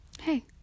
Hey